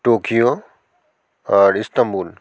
Tokyo আর Istanbul